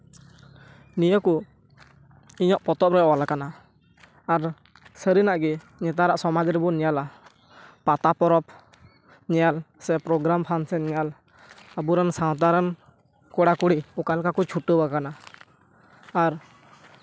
ᱱᱤᱭᱟᱹ ᱠᱚ ᱤᱧᱟᱹᱜ ᱯᱚᱛᱚᱵ ᱨᱮ ᱚᱞᱟᱠᱟᱱᱟ ᱟᱫᱚ ᱥᱟᱹᱨᱤᱱᱟᱜ ᱜᱮ ᱱᱮᱛᱟᱨᱟᱜ ᱥᱚᱢᱟᱡᱽ ᱨᱮᱵᱚᱱ ᱧᱮᱞᱟ ᱯᱟᱛᱟ ᱯᱚᱨᱚᱵᱽ ᱧᱮᱞ ᱥᱮ ᱯᱨᱳᱜᱨᱟᱢ ᱯᱷᱟᱱᱥᱮᱱ ᱧᱮᱞ ᱟᱵᱚᱨᱮᱱ ᱥᱟᱶᱛᱟ ᱨᱮᱱ ᱠᱚᱲᱟᱼᱠᱩᱲᱤ ᱚᱠᱟᱞᱮᱠᱟ ᱠᱚ ᱪᱷᱩᱴᱟᱹᱣᱟᱠᱟᱱᱟ ᱟᱨ